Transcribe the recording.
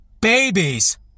babies